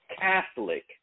Catholic